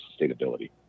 sustainability